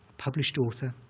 published author.